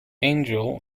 angel